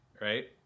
right